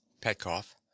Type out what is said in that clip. Petkoff